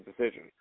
decision